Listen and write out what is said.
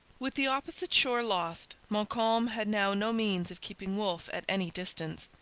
with the opposite shore lost montcalm had now no means of keeping wolfe at any distance.